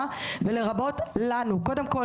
כאמינה,